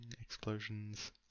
Explosions